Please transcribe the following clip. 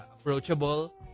approachable